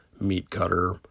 meat-cutter